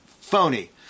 phony